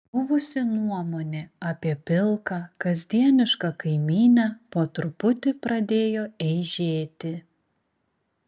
buvusi nuomonė apie pilką kasdienišką kaimynę po truputį pradėjo eižėti